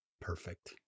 Perfect